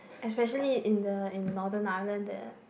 especially in the in Northern island the